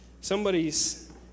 Somebody's